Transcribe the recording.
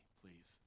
please